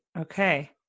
Okay